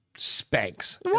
Spanks